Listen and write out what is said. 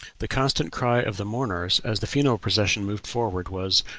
the constant cry of the mourners as the funeral procession moved forward was,